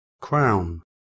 Crown